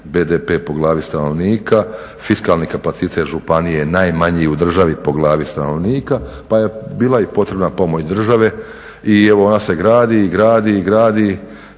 BDP po glavni stanovnika, fiskalni kapacitet županije najmanji u državni po glavni stanovnika pa je bila i potrebna pomoć države i evo, ona se gradi i gradi i gradi